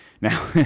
Now